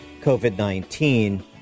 COVID-19